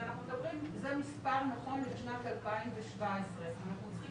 זה המספר נכון לשנת 2017. אנחנו צריכים